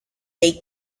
they